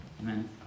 amen